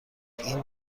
این